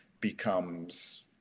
becomes